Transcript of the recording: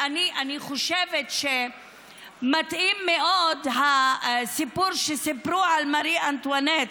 אני חושבת שמתאים מאוד הסיפור שסיפרו על מרי אנטואנט,